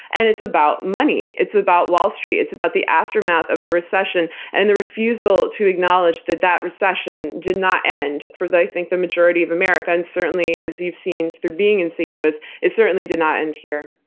and it's about money, it's about wall street, it's about the aftermath of a recession and the refusal to acknowledge that that recession did not end for i think the majority of america, and certainly, as you've seen through being in saint louis, it certainly did not end here.